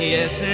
Yes